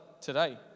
today